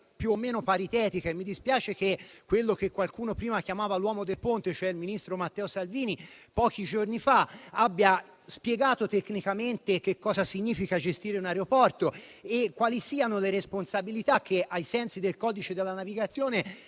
più o meno paritetica e mi dispiace che quello che qualcuno prima chiamava l'uomo del Ponte, cioè il ministro Matteo Salvini, pochi giorni fa abbia spiegato tecnicamente che cosa significa gestire un aeroporto e quali siano le responsabilità alle quali è chiaramente chiamato